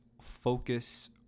focus